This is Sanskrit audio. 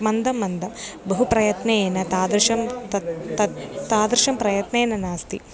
मन्दं मन्दं बहु प्रयत्नेन तादृशं तत् तत् तादृशं प्रयत्नेन नास्ति